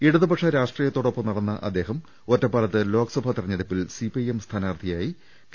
ഇടതുപക്ഷ രാഷ്ട്രീയത്തോടൊപ്പം നടന്ന അദ്ദേഹം ഒറ്റപ്പാലത്ത് ലോക്സഭാ തെരഞ്ഞെടുപ്പിൽ സിപിഐഎം സ്ഥാനാർത്ഥിയായി കെ